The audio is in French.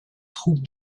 troupe